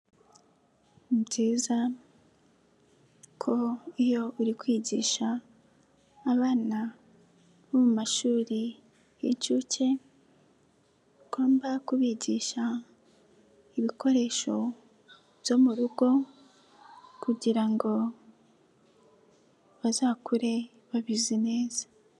Ni byiza ko iyo uri kwigisha abana bo mu mashuri y'inshuke ugomba kubigisha ibikoresho byo mu rugo kugira ngo bazakure babizi neza.